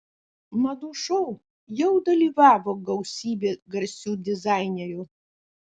madų šou jau dalyvavo gausybė garsių dizainerių